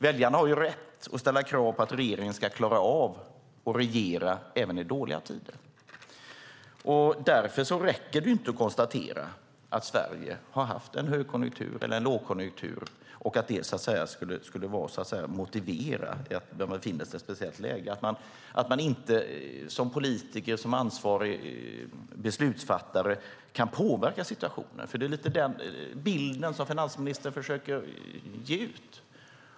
Väljarna har rätt att ställa krav på att regeringen ska klara av att regera även i dåliga tider. Därför räcker det inte att konstatera att Sverige har haft en högkonjunktur eller lågkonjunktur och att det skulle motivera att man som politiker och ansvarig beslutsfattare inte kan påverka situationen. Det är den bild finansministern försöker ge.